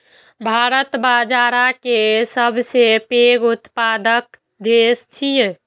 भारत बाजारा के सबसं पैघ उत्पादक देश छियै